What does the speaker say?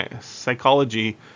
psychology